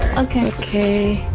okay okay